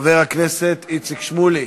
חבר הכנסת איציק שמולי,